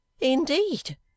Indeed